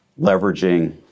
leveraging